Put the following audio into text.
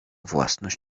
własność